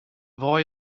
boy